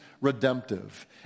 redemptive